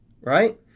Right